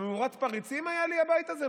המאורת פריצים היה לי הבית הזה?